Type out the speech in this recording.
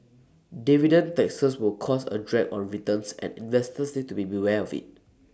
dividend taxes will cause A drag on returns and investors need to be aware of IT